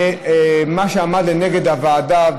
ומה שעמד לנגד עיני הוועדה,